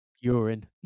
urine